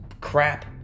crap